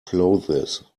clothes